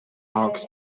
hawks